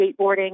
skateboarding